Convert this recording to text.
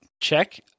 Check